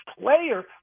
player